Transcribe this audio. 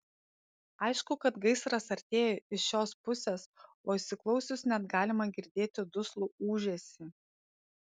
aišku kad gaisras artėja iš šios pusės o įsiklausius net galima girdėti duslų ūžesį